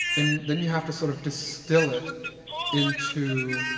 and then you have to sort of distill it into,